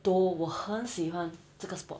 though 我很喜欢这个 sport